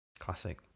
classic